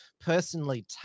personally